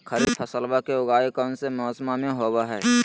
खरीफ फसलवा के उगाई कौन से मौसमा मे होवय है?